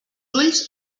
ulls